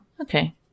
okay